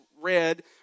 read